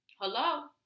Hello